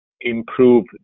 Improve